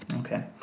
okay